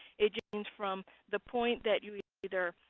it just means from the point that you either